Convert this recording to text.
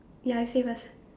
ya you say first